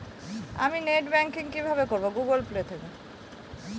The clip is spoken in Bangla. আমি নেট ব্যাংকিং কিভাবে করব?